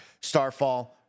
starfall